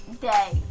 day